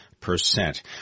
Percent